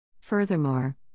Furthermore